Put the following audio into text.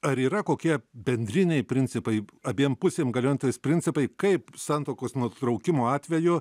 ar yra kokie bendriniai principai abiem pusėm galiojantys principai kaip santuokos nutraukimo atveju